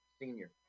Senior